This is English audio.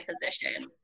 position